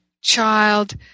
child